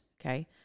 Okay